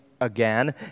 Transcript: again